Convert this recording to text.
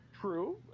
True